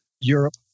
Europe